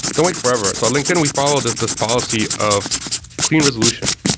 don't wait forever. so at linkedin we followed this this policy of clean resolution,